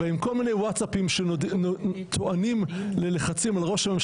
גם בעיניי ההסתייגות הזאת באופן ענייני לגמרי היא רלוונטית לגמרי לנושא.